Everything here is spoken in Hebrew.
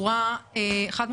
בצורה חד-משמעית.